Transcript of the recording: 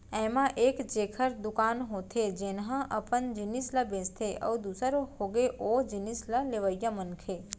ऐमा एक जेखर दुकान होथे जेनहा अपन जिनिस ल बेंचथे अउ दूसर होगे ओ जिनिस ल लेवइया मनखे